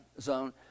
zone